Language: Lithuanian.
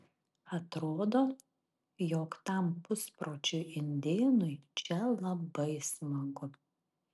atrodo jog tam puspročiui indėnui čia labai smagu